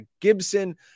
Gibson